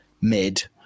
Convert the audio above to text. mid